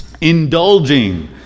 indulging